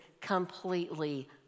completely